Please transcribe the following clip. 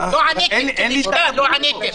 כלשכה לא עניתם.